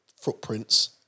footprints